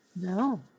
No